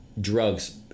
drugs